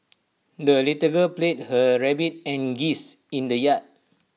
the little girl played her rabbit and geese in the yard